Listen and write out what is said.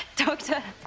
doctor!